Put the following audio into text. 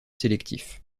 sélectif